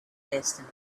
destiny